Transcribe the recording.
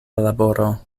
laboro